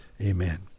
Amen